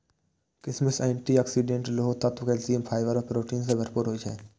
किशमिश anti oxidant, लोह तत्व, कैल्सियम, फाइबर आ प्रोटीन सं भरपूर होइ छै